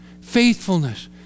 Faithfulness